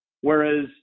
Whereas